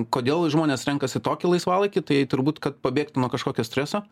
kodėl žmonės renkasi tokį laisvalaikį tai turbūt kad pabėgt nuo kažkokio streso